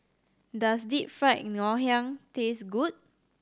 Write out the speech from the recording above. does Deep Fried Ngoh Hiang taste good